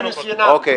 עכשיו לרשימת הדוברים.